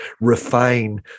refine